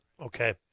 Okay